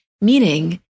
Meaning